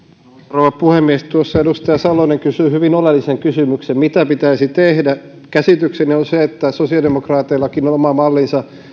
rouva puhemies tuossa edustaja salonen kysyi hyvin oleellisen kysymyksen mitä pitäisi tehdä käsitykseni on se että sosiaalidemokraateillakin on oma mallinsa